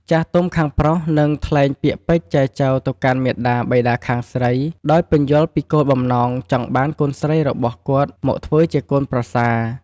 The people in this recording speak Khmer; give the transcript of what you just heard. ចាស់ទុំខាងប្រុសនឹងថ្លែងពាក្យពេចន៍ចែចូវទៅកាន់មាតាបិតាខាងស្រី ដោយពន្យល់ពីគោលបំណងចង់បានកូនស្រីរបស់គាត់មកធ្វើជាកូនប្រសា។